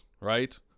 right